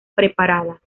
preparada